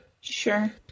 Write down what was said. Sure